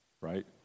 right